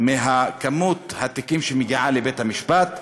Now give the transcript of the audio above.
מכמות התיקים שמגיעים לבית-המשפט.